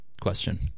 question